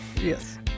Yes